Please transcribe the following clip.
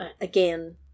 again